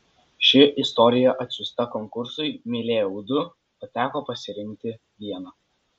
ši istorija atsiųsta konkursui mylėjau du o teko pasirinkti vieną